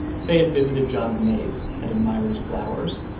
faye had visited john's maze and admired his flowers.